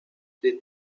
les